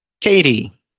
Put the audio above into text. Katie